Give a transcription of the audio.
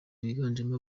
biganjemo